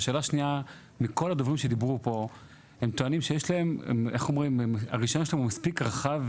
שאלה שניה: כל הדוברים שדיברו פה טוענים שהרישיון שלהם הוא מספיק רחב,